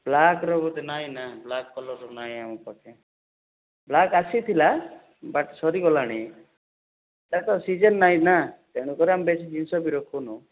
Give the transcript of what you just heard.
ବ୍ଲାକ୍ର ବୋଧେ ନାଇଁ ନା ବ୍ଲାକ୍ କଲର୍ର ନାଇଁ ଆମ ପାଖେ ବ୍ଲାକ୍ ଆସିଥିଲା ବାକି ସରିଗଲାଣି ସାର୍ ତ ସିଜିନ୍ ନାଇଁ ନା ତେଣୁକରି ଆମେ ବେଶୀ ଜିନିଷ ବି ରଖୁନୁ